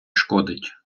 шкодить